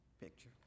picture